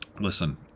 listen